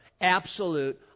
Absolute